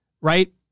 right